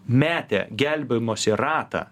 metę gelbėjimosi ratą